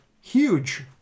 Huge